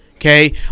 Okay